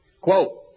quote